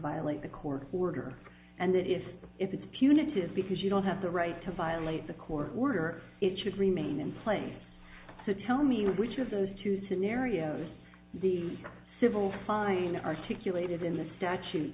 violate the court order and that if it's punitive because you don't have the right to violate the court order it should remain in place to tell me which of those two scenarios the civil fine articulated in the statute